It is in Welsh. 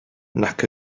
nac